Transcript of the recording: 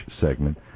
segment